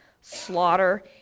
slaughter